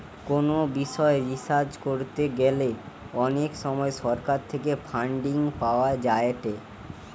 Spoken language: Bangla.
কোনো বিষয় রিসার্চ করতে গ্যালে অনেক সময় সরকার থেকে ফান্ডিং পাওয়া যায়েটে